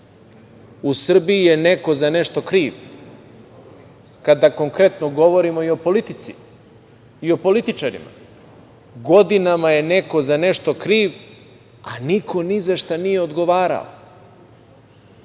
u Srbiji je neko za nešto kriv, kada konkretno govorimo i o politici, i o političarima, godinama je neko za nešto kriv, a niko ni zašta nije odgovarao,